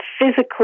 physically